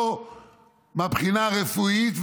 לא מבחינה רפואית,